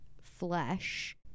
flesh